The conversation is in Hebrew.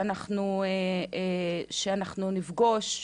שאנחנו נפגוש,